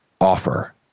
offer